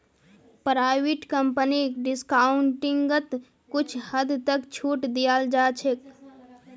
private कम्पनीक डिस्काउंटिंगत कुछ हद तक छूट दीयाल जा छेक